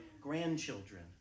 grandchildren